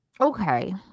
Okay